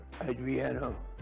Adriano